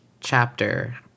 chapter